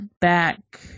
back